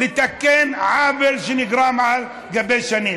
לתקן עוול שנגרם שנים על גבי שנים.